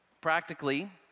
Practically